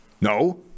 No